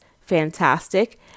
fantastic